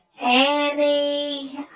Annie